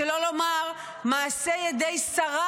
שלא לומר מעשה ידי שרה,